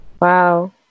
Wow